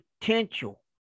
potential